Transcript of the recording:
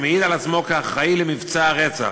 שמעיד על עצמו כאחראי למבצע הרצח,